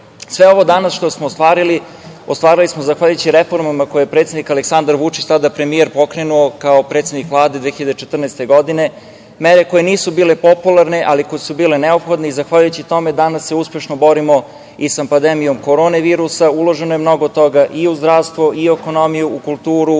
ovo danas što smo ostvarili, ostvarili smo zahvaljujući reformama koje je predsednik Aleksandar Vučić, tada premijer pokrenuo kao predsednik Vlade 2014. godine, mere koje nisu bile popularne, ali koje su bile neophodne i zahvaljujući tome danas se uspešno borimo i sa pandemijom Korona virusa. Uloženo je mnogo toga i u zdravstvo i u ekonomiju, kulturu,